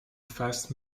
fast